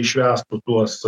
išvestų tuos